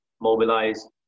mobilize